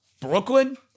Brooklyn